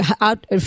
out